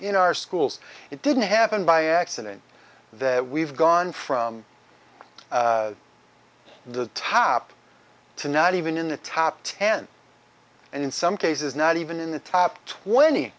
in our schools it didn't happen by accident that we've gone from the top to not even in the top ten and in some cases not even in the top twenty